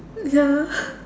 ya